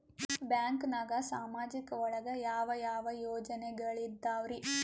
ಬ್ಯಾಂಕ್ನಾಗ ಸಾಮಾಜಿಕ ಒಳಗ ಯಾವ ಯಾವ ಯೋಜನೆಗಳಿದ್ದಾವ್ರಿ?